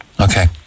Okay